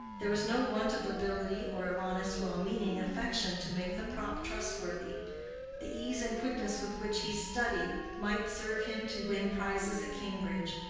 there was no want of ability or of honest well-meaning affection to make the prop trustworthy the ease and quickness with which he studied might serve him to win prizes at cambridge,